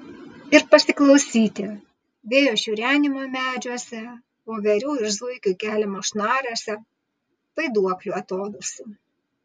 ir pasiklausyti vėjo šiurenimo medžiuose voverių ir zuikių keliamo šnaresio vaiduoklių atodūsių